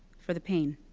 for the pain.